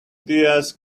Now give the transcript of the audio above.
diaz